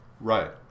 right